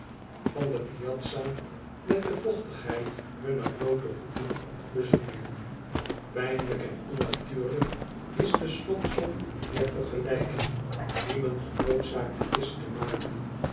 van de piazza met de vochtigheid hunner bloote voeten bezoedelen pijnlijk en onnatuurlijk is de slotsom der vergelijking die men genoodzaakt is te maken